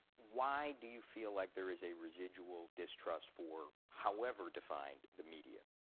why do you feel like there is a residual distrust for, however defined, the media?